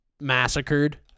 massacred